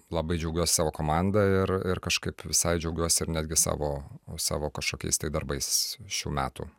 labai džiaugiuosi savo komanda ir ir kažkaip visai džiaugiuosi ir netgi savo savo kažkokiais tai darbais šių metų